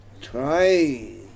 try